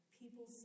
people